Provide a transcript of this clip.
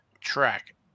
track